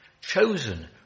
Chosen